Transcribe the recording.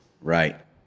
Right